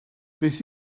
beth